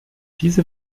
diese